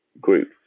group